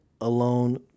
alone